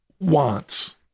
wants